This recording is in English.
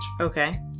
Okay